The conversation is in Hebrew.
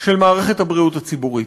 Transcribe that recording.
של מערכת הבריאות הציבורית.